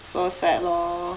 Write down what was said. so sad lor